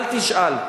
אל תשאל.